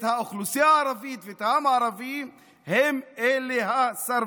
האוכלוסייה הערבית ואת העם הערבי הם הסרבנים.